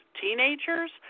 teenagers